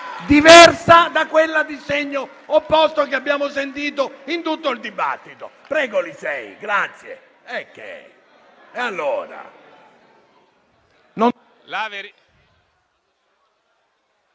diversa da quella di segno opposto che abbiamo sentito in tutto il dibattito. Prego, senatore